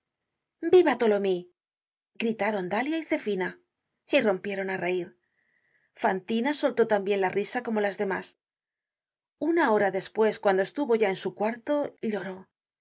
viva tholomyes gritaron dalia y zefina y rompieron á reir content from google book search generated at fantina soltó tambien la risa como las demás una hora despues cuando estuvo ya en su cuarto lloró